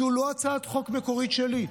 זו לא הצעת חוק מקורית שלי,